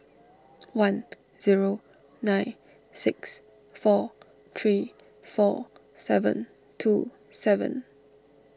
one zero nine six four three four seven two seven